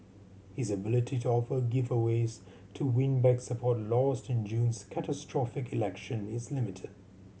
his ability to offer giveaways to win back support lost in June's catastrophic election is limited